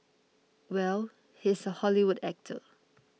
well he's a Hollywood actor